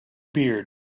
beard